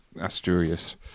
Asturias